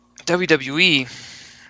WWE